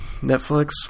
Netflix